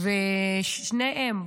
ושניהם,